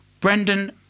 Brendan